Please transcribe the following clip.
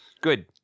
Good